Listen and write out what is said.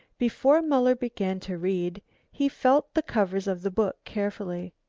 before muller began to read he felt the covers of the book carefully.